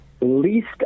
least